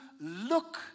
look